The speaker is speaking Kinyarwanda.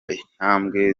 intambwe